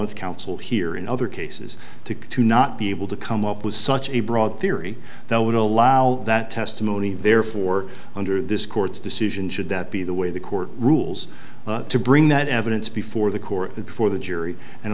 appellant counsel here in other cases to to not be able to come up with such a broad theory that would allow that testimony therefore under this court's decision should that be the way the court rules to bring that evidence before the court before the jury and